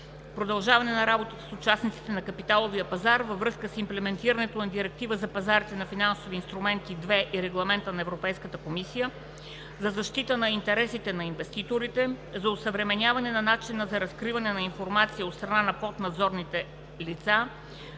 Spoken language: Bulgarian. продължаване на работата с участниците на капиталовия пазар във връзка с имплементирането на Директивата за пазарите на финансовите инструменти II и регламентите на Европейската комисия; за защитата на интересите на инвеститорите; за осъвременяване на начините за разкриване на информация от страна на поднадзорните лица;